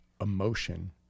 emotion